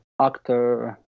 actor